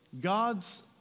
God's